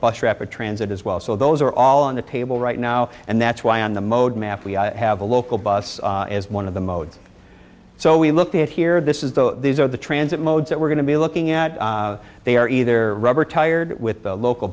bus rapid transit as well so those are all on the table right now and that's why on the mode map we have a local bus as one of the modes so we look at here this is the these are the transit modes that we're going to be looking at they are either rubber tired with the local